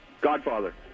Godfather